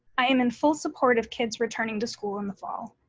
i am in full support of kids returning to school in the fall.